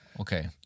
okay